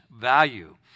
value